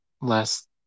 last